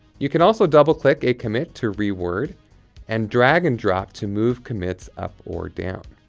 you can also double-click a commit to reword and drag-and-drop to move commits up or down.